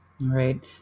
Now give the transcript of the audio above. right